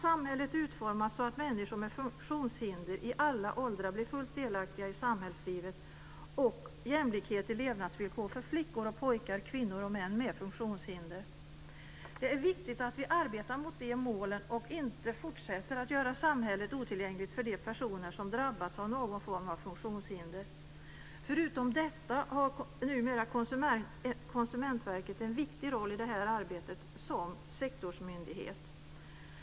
· Samhället ska utformas så att människor med funktionshinder i alla åldrar blir fullt delaktiga i samhällslivet. · Det ska vara jämlikhet i levnadsvillkor för flickor och pojkar, kvinnor och män med funktionshinder. Det är viktigt att vi arbetar mot de målen, och inte fortsätter att göra samhället otillgängligt för de personer som drabbats av någon form av funktionshinder. Förutom detta har numera Konsumentverket en viktig roll i det här arbetet som sektorsmyndighet.